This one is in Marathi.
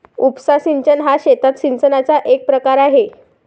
उपसा सिंचन हा शेतात सिंचनाचा एक प्रकार आहे